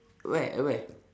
where at where